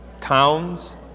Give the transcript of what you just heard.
towns